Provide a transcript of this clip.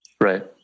Right